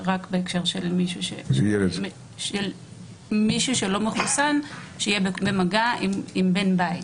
רק בהקשר של מישהו שהוא לא מחוסן שיהיה במגע עם בן בית,